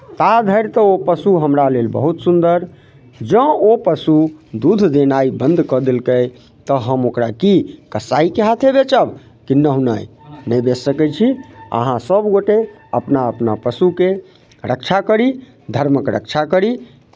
ता धरि तऽ ओ पशु हमरा लेल बहुत सुन्दर जँ ओ पशु दूध देनाइ बन्द कऽ देलकै तऽ हम ओकरा की कसाइके हाथे बेचब किन्नहुँ नहि नहि बेच सकैत छी अहाँ सभगोटए अपना अपना पशुके रक्षा करी धर्मक रक्षा करी